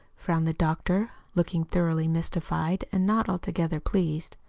frowned the doctor, looking thoroughly mystified, and not altogether pleased.